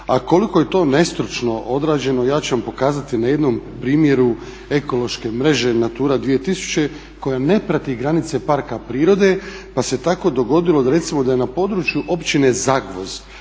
A koliko je to nestručno odrađeno ja ću vam pokazati na jednom primjeru ekološke mreže Natura 2000.koja ne prati granice parka prirode pa se tako dogodilo recimo da je na području općine Zagvozd